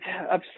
upset